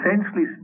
essentially